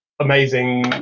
amazing